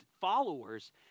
followers